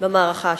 במערכה השלישית.